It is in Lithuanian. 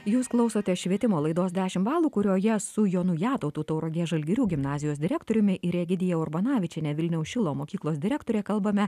jūs klausote švietimo laidos dešimt balų kurioje su jonu jatautu tauragės žalgirių gimnazijos direktoriumi ir egidija urbanavičiene vilniaus šilo mokyklos direktorė kalbame